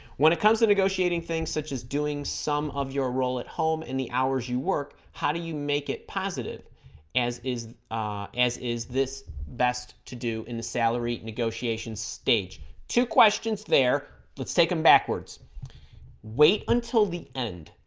when it comes to negotiating things such as doing some of your role at home and the hours you work how do you make it positive as is as is this best to do in the salary negotiation stage two questions there let's take them backwards wait until the end